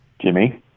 Jimmy